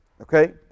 Okay